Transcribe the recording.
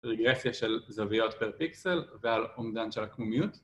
רגרסיה של זוויות פר פיקסל ועל עומדן של הקומיות